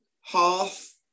half